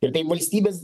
ir tai valstybės